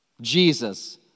Jesus